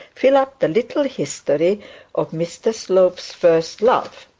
fill up the little history of mr slope's first love.